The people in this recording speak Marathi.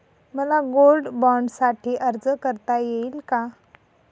मला गोल्ड बाँडसाठी अर्ज करता येईल का?